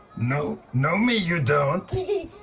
know know me you don't.